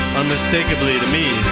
unmistakably to me